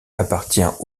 appartient